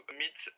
meet